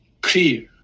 clear